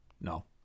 No